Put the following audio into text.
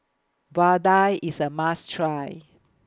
Vadai IS A must Try